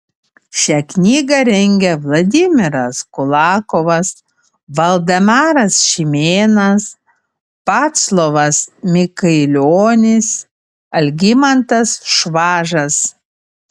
šią knygą rengia vladimiras kulakovas valdemaras šimėnas vaclovas mikailionis algimantas švažas